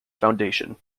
foundation